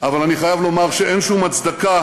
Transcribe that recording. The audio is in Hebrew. אבל אני חייב לומר שאין שום הצדקה